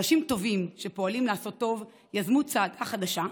אנשים טובים שפועלים לעשות טוב יזמו צעדה חדשה,